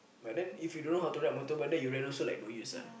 but then if you don't know how to ride motorbike then you rent also like no use ah